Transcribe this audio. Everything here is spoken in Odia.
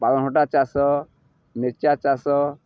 ପାଳଙ୍ଗଟା ଚାଷ ମିର୍ଚା ଚାଷ